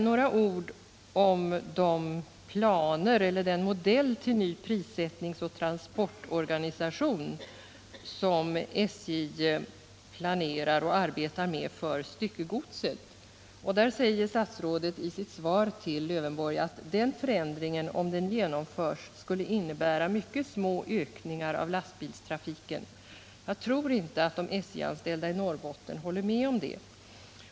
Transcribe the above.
När det gäller den modell för prissättningoch transportorganisation som SJ planerar och arbetar med för styckegodset säger statsrådet i sitt svar till Alf Lövenborg att förändringen om den genomförs skulle innebära mycket små ökningar av lastbilstrafiken. Jag tror inte att de SJ-anställda i Norrbotten håller med om det.